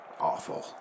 awful